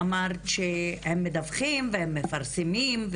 למה אמרת שהם מדווחים והם מפרסמים.